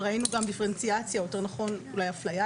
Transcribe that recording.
ראינו גם דיפרנציאציה אולי אפליה,